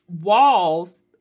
walls